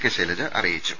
K Shailaja അറിയിച്ചു